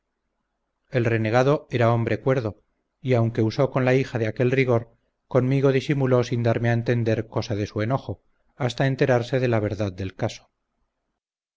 el renegado era hombre cuerdo y aunque usó con la hija de aquel rigor conmigo disimuló sin darme a entender cosa de su enojo hasta enterarse de la verdad del caso